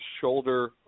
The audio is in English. shoulder